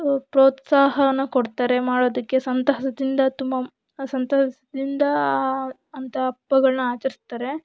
ಪ್ರೋತ್ಸಾಹವನ್ನು ಕೊಡ್ತಾರೆ ಮಾಡೋದಕ್ಕೆ ಸಂತಸದಿಂದ ತುಂಬ ಸಂತಸದಿಂದ ಆ ಅಂತ ಹಬ್ಬಗಳ್ನ ಆಚರ್ಸ್ತಾರೆ